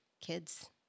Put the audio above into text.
kids